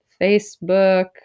Facebook